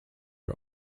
are